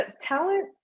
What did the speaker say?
Talent